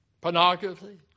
Pornography